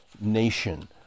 nation